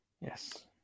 Yes